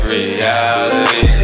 reality